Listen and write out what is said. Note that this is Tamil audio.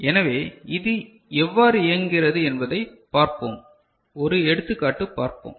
எனவே இது எவ்வாறு இயங்குகிறது என்பதைப் பார்ப்போம் ஒரு எடுத்துக்காட்டு பார்ப்போம்